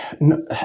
No